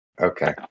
Okay